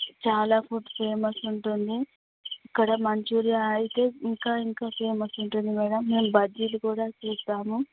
చాలా food famous ఉంటుంది ఇక్కడ మంచురియా అయితే ఇంకా ఇంకా ఫేమస్ ఉంటుంది మేడం మేము బజ్జిలు కూడా చేస్తాము